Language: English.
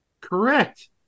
Correct